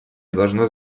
должно